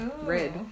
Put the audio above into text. Red